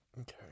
Okay